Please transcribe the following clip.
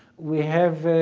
we have